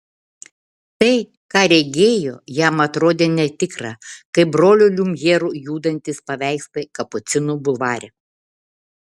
tai ką regėjo jam atrodė netikra kaip brolių liumjerų judantys paveikslai kapucinų bulvare